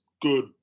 good